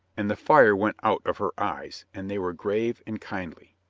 and the fire went out of her eyes, and they were grave and kindly.